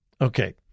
Okay